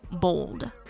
Bold